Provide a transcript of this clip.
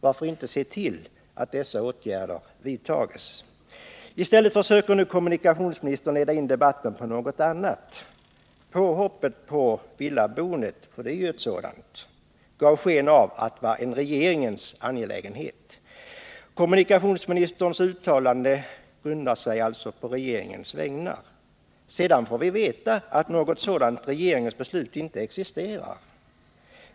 Varför inte se till att dessa åtgärder vidtas? I stället försöker nu kommunikationsministern leda in debatten på något annat. Påhoppet på villaboendet — för det är ett sådant — gav sken av att vara en regeringens angelägenhet. Kommunikationsministern uttalar sig ju på regeringens vägnar. Sedan får vi veta att något sådant regeringsbeslut inte existerar.